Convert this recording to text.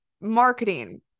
marketing